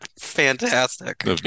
Fantastic